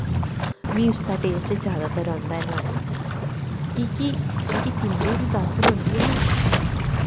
मिगी उसदा टेस्ट जैदातर औंदा ऐ नुहाड़े चा की के जेह्ड़ी तिंबरू दी दातन होंदी ऐ ना